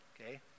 Okay